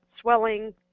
swelling